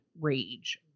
rage